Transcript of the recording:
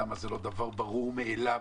למה זה לא דבר ברור מאליו.